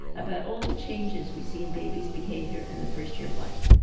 about all the changes we see in babies' behavior in the first year of life.